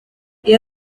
iyo